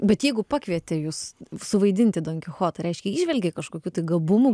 bet jeigu pakvietė jus suvaidinti donkichotą reiškia įžvelgė kažkokių gabumų